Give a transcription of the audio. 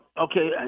okay